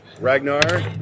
Ragnar